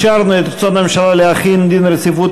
הודעת הממשלה על רצונה להחיל דין רציפות